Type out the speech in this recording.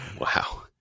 Wow